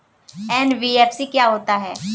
NBFC क्या होता है?